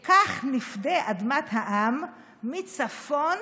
/ כך נפדה אדמת העם / מצפון